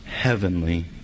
heavenly